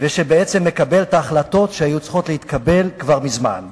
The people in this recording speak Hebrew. ובעצם מקבל את ההחלטות שהיו צריכות להתקבל כבר מזמן.